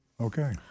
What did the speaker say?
Okay